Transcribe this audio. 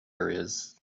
areas